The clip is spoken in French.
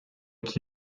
qui